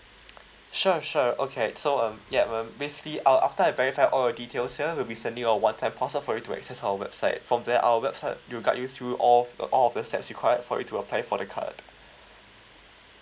sure sure okay so um ya um basically I'll after I verify all your details here will be sending you a one time password for you to access our website from there our website will guide you through all of the all of the steps required for it to apply for the card